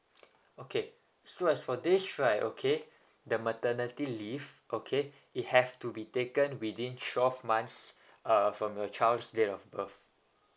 okay so as for this right okay the maternity leave okay it have to be taken within twelve months uh from your child's date of birth